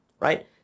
Right